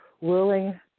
willing